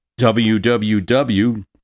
www